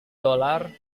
dolar